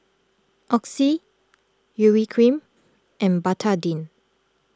Oxy Urea Cream and Betadine